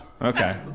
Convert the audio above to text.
Okay